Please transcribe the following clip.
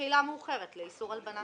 תחילה מאוחרת לאיסור הלבנת הון.